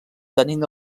tenint